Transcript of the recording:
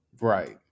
Right